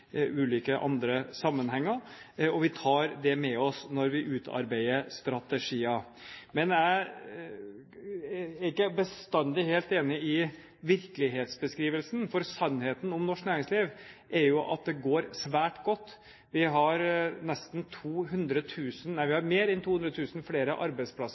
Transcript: ulike andre sammenhenger. Vi tar det med oss når vi utarbeider strategier. Men jeg er ikke bestandig helt enig i virkelighetsbeskrivelsen, for sannheten om norsk næringsliv er jo at det går svært godt. Vi har mer enn 200 000 flere arbeidsplasser